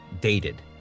dated